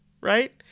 right